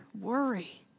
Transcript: worry